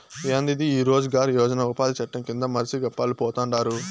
యాందిది ఈ రోజ్ గార్ యోజన ఉపాది చట్టం కింద మర్సి గప్పాలు పోతండారు